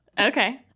Okay